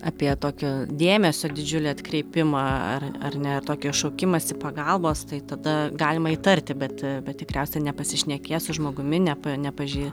apie tokio dėmesio didžiulį atkreipimą ar ar ne ir tokį šaukimąsi pagalbos tai tada galima įtarti bet bet tikriausiai nepasišnekėję su žmogumi nepa nepaži